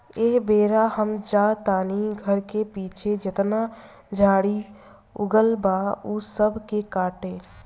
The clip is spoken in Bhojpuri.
एह बेरा हम जा तानी घर के पीछे जेतना झाड़ी उगल बा ऊ सब के काटे